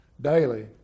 daily